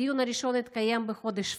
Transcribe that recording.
הדיון הראשון התקיים בחודש פברואר.